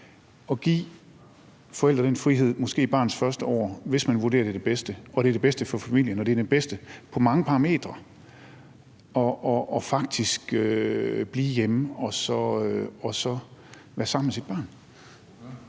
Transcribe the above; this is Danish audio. at give forældrene den frihed, måske i barnets første år, hvis de vurderer, at det er det bedste, det bedste for familien og det bedste på mange parametre, faktisk at blive hjemme og være sammen med sit barn?